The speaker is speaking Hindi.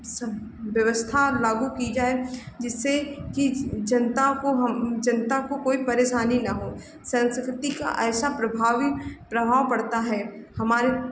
सब व्यवस्था लागू की जाए जिससे कि जनता को हम जनता को कोई परेशानी न हो सँस्कृति का ऐसा प्रभावी प्रभाव पड़ता है हमारे